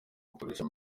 akoresha